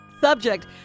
Subject